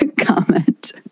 comment